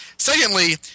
Secondly